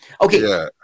Okay